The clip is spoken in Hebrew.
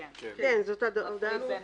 סופית.